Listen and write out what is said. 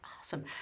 Awesome